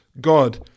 God